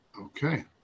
Okay